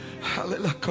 hallelujah